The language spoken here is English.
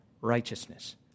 righteousness